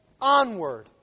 onward